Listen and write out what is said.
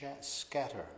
scatter